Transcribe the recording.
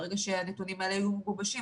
ברגע שהנתונים האלה יהיו מגובשים,